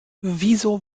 wieso